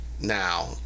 now